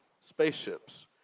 spaceships